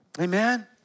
Amen